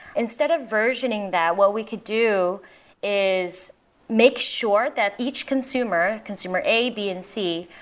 instead of versioning that, what we could do is make sure that each consumer consumer a, b and c,